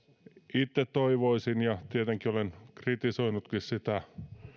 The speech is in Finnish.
itse toivoisin olen kritisoinutkin sitä